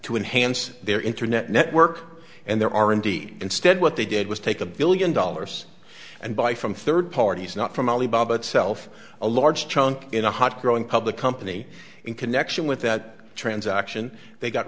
to enhance their internet network and there are indeed instead what they did was take a billion dollars and buy from third parties not from ali baba itself a large chunk in a hot growing public company in connection with that transaction they got